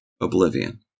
oblivion